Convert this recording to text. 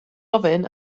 ofyn